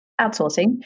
outsourcing